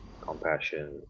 compassion